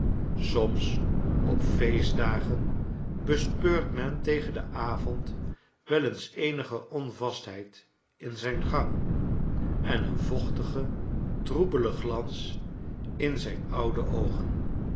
soms op feestdagen bespeurt men tegen den avond wel eens eenige onvastheid in zijn gang en een vochtigen troebelen glans in zijn oude oogen